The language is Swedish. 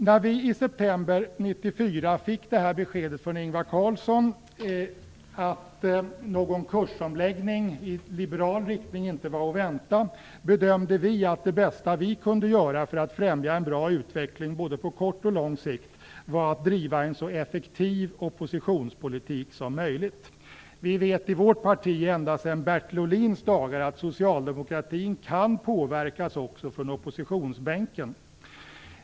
När vi i september 1994 fick beskedet från Ingvar Carlsson att någon kursomläggning i liberal riktning inte var att vänta, bedömde vi att det bästa vi kunde göra för att främja en bra utveckling både på kort och på lång sikt var att driva en så effektiv oppositionspolitik som möjligt. Vi vet i vårt parti ända sedan Bertil Ohlins dagar att socialdemokratin kan påverkas också från oppositionsbänken.